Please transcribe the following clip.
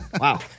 Wow